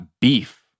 beef